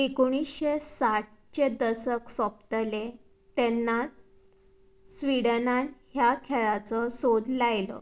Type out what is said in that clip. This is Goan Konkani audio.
एकोणिशें साठचें दसक सोंपतालें तेन्ना स्विडनांत ह्या खेळाचो सोद लायलो